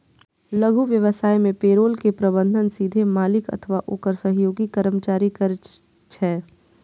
लघु व्यवसाय मे पेरोल के प्रबंधन सीधे मालिक अथवा ओकर सहयोगी कर्मचारी करै छै